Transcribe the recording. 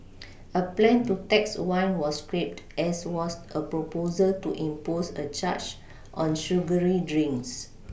a plan to tax wine was scrapped as was a proposal to impose a charge on sugary drinks